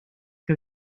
que